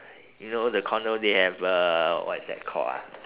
you know the condo they have uh what is that called ah